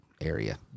area